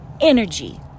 Energy